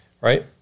right